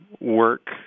work